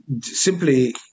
simply